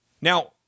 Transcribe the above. Now